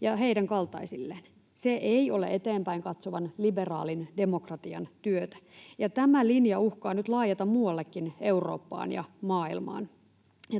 ja heidän kaltaisilleen. Se ei ole eteenpäin katsovan liberaalin demokratian työtä, ja tämä linja uhkaa nyt laajeta muuallekin Eurooppaan ja maailmaan.